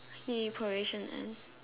he probation and